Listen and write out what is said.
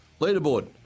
Leaderboard